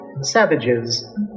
savages